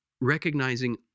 recognizing